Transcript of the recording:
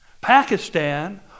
Pakistan